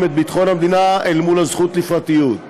את ביטחון המדינה אל מול הזכות לפרטיות.